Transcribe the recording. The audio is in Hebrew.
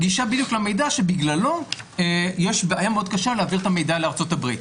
גישה בדיוק למידע שבגללו יש בעיה מאוד קשה להעביר את המידע לארה"ב.